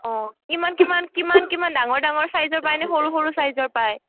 অঁ কিমান কিমান ডাঙৰ ডাঙৰ চাইজৰ পায়নে সৰু সৰু চাইজৰ পায়